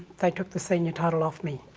they took the senior title off me.